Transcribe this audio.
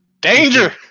Danger